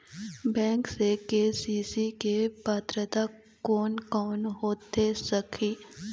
Bank से KCC के पात्रता कोन कौन होथे सकही?